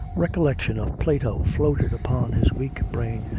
recollection of plato floated upon his weak brain,